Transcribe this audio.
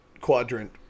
quadrant